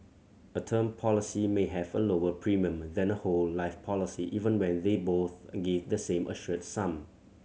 a term policy may have a lower premium than a whole life policy even when they both give the same assured sum